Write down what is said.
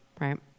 Right